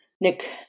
Nick